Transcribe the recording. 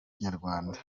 kinyarwanda